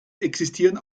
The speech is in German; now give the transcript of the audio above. existieren